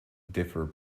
differ